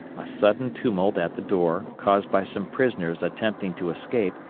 a sudden tumult at the door, caused by some prisoners attempting to escape,